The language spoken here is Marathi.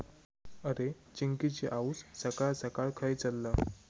अरे, चिंकिची आऊस सकाळ सकाळ खंय चल्लं?